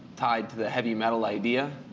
tied to the heavy metal idea.